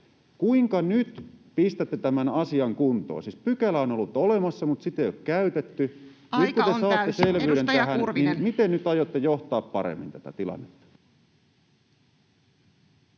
Kuinka nyt pistätte tämän asian kuntoon? Siis pykälä on ollut olemassa, mutta sitä ei ole käytetty. [Puhemies: Aika on täysi!] Nyt kun te saatte selvyyden tähän, niin miten nyt aiotte johtaa paremmin tätä tilannetta?